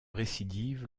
récidive